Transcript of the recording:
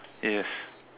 yes